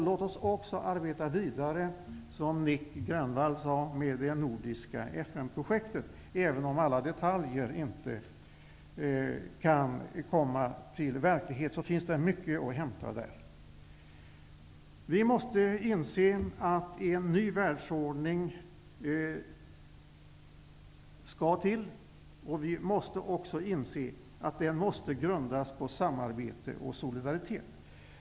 Låt oss också, som Nic Grönvall sade, arbeta vidare med det nordiska FN-projektet. Även om inte alla detaljer kan komma att bli verklighet finns det mycket att hämta där. Vi måste inse att en ny världsordning behövs, och vi bör också inse att den måste grundas på samarbete och solidaritet.